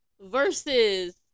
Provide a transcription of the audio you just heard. versus